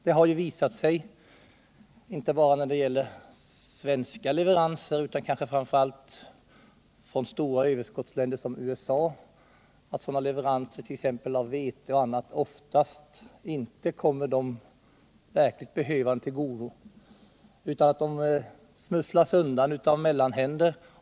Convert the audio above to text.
Det har visat sig — inte bara när det gäller svenska leveranser, utan kanske framför allt när det gäller leveranser av vete och annat från länder med stora överskott, såsom exempelvis USA — att sådana leveranser oftast inte kommer de verkligt behövande till godo utan smusslas undan av mellanhänder.